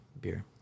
beer